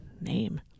name